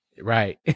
Right